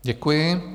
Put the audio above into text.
Děkuji.